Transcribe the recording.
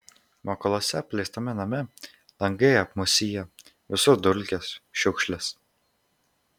mokoluose apleistame name langai apmūsiję visur dulkės šiukšlės